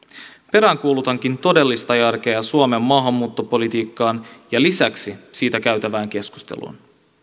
peräänkuulutankin todellista järkeä suomen maahanmuuttopolitiikkaan ja lisäksi siitä käytävään keskusteluun